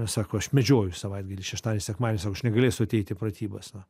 sako aš medžioju savaitgalį šeštadienį sekmadienį sako aš negalėsiu ateiti į pratybas na